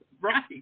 Right